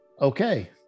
Okay